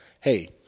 hey